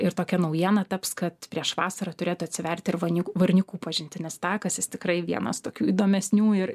ir tokia naujiena taps kad prieš vasarą turėtų atsiverti ir vanik varnikų pažintinis takas jis tikrai vienas tokių įdomesnių ir